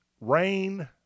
Rain